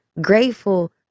grateful